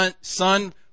son